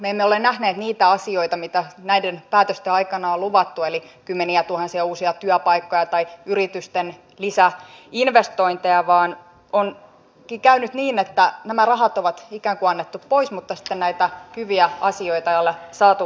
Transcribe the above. me emme ole nähneet niitä asioita mitä näiden päätösten aikaan on luvattu eli kymmeniätuhansia uusia työpaikkoja tai yritysten lisäinvestointeja vaan onkin käynyt niin että nämä rahat on ikään kuin annettu pois mutta sitten näitä hyviä asioita ei ole saatu vastapainoksi